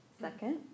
Second